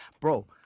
Bro